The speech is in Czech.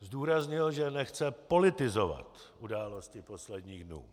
Zdůraznil, že nechce politizovat události posledních dnů.